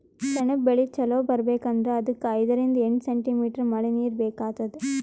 ಸೆಣಬ್ ಬೆಳಿ ಚಲೋ ಬರ್ಬೆಕ್ ಅಂದ್ರ ಅದಕ್ಕ್ ಐದರಿಂದ್ ಎಂಟ್ ಸೆಂಟಿಮೀಟರ್ ಮಳಿನೀರ್ ಬೇಕಾತದ್